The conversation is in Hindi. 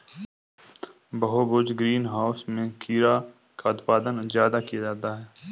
बहुभुज ग्रीन हाउस में खीरा का उत्पादन ज्यादा किया जाता है